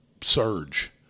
surge